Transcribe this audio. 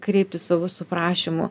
kreipti svarbu su prašymu